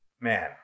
man